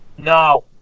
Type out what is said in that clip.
No